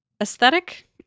aesthetic